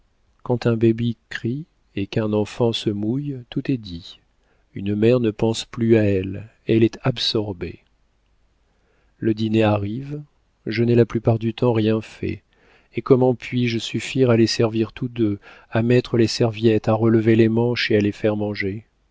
quand un baby crie et qu'un enfant se mouille tout est dit une mère ne pense plus à elle elle est absorbée le dîner arrive je n'ai la plupart du temps rien fait et comment puis-je suffire à les servir tous deux à mettre les serviettes à relever les manches et à les faire manger